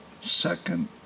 second